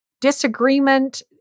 disagreement